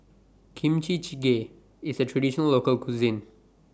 Kimchi Jjigae IS A Traditional Local Cuisine